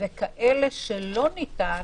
וכאלה שלא ניתן,